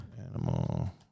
Animal